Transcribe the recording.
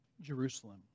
Jerusalem